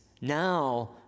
Now